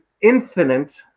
infinite